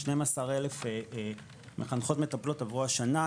12,000 מחנכות מטפלות עברו השנה,